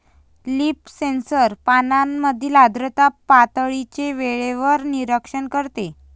leaf sensor पानांमधील आर्द्रता पातळीचे वेळेवर निरीक्षण करते